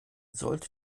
sollte